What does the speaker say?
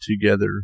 together